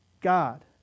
God